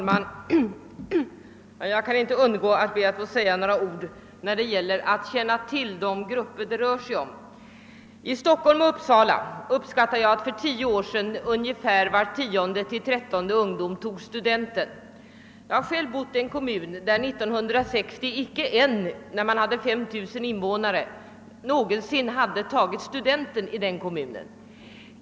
Herr talman! Jag kan inte underlåta att säga några ord i fråga om att känna till de grupper det här rör sig om. I Stockholm och Uppsala beräknar jag att för tio år sedan var tionde eller trettonde ungdom tog studenten. Jag bor själv i en kommun där år 1960, när den hade 5 000 invånare, icke en någonsin hade tagit studenten.